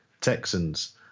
Texans